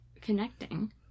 connecting